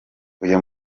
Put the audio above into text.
uyu